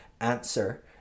answer